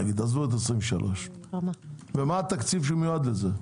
עזבו את 2023. ומה התקציב שמיועד לזה?